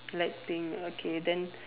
black pink okay then